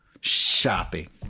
shopping